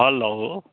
hello